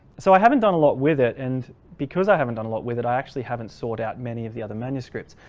so i haven't done a lot with it and because i haven't done a lot with it, i actually haven't sought out many of the other manuscripts.